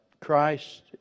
Christ